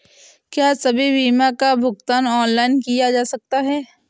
क्या सभी बीमा का भुगतान ऑनलाइन किया जा सकता है?